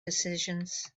decisions